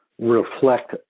reflect